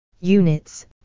Units